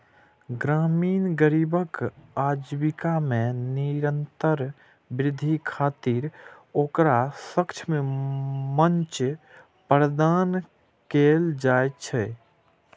ग्रामीण गरीबक आजीविका मे निरंतर वृद्धि खातिर ओकरा सक्षम मंच प्रदान कैल जाइ छै